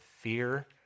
fear